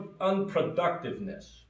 Unproductiveness